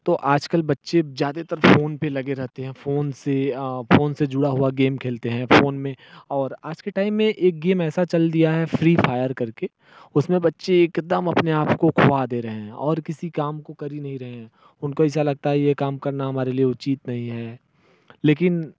तो आजकल बच्चे ज़्यादातर फोन पे लगे रहते हैं फोन से फोन से जुड़ा हुआ गेम खेलते हैं फोन में और आज के टाइम में एक गेम ऐसा चल दिया है फ्री फायर करके उसमें बच्चे एकदम अपने आप को खो दे रहे हैं और किसी काम को कर ही नहीं रहे उनको ऐसा लगता है ये काम करना हमारे लिए उचित नहीं है लेकिन